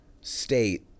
state